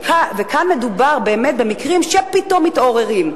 וכאן מדובר באמת במקרים שפתאום מתעוררים.